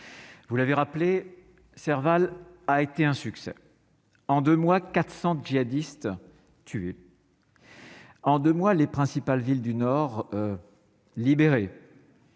Vous l'avez rappelé Serval a été un succès en 2 mois 400 jihadistes tués en 2 mois, les principales villes du Nord libéré.